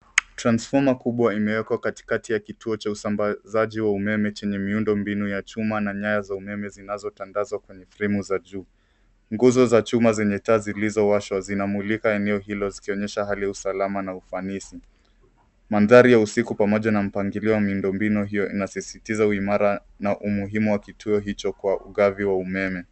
Transfoma kubwa imewekwa katikati ya kituo cha usambazaji wa umeme chenye miundo mbinu ya chuma na nyaya za umeme zinazotangaza kwenye fremu za juu. Nguzo za chuma zenye taa zilizowashwa zinamulika eneo hilo zikionyesha hali ya usalama na ufanisi. Mandhari ya usiku pamoja na mpangilio wa miundo mbinu hiyo inasisitiza uimara na umuhimu wa kituo hicho kwa ugavi wa umeme.